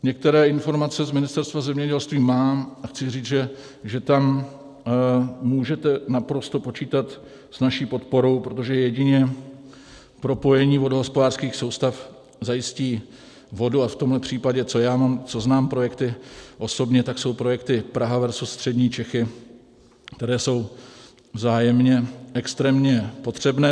Některé informace z Ministerstva zemědělství mám a chci říct, že tam můžete naprosto počítat s naší podporou, protože jedině propojení vodohospodářských soustav zajistí vodu, a v tomhle případě, co znám projekty osobně, tak jsou projekty Praha versus střední Čechy, které jsou vzájemně extrémně potřebné.